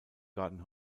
garden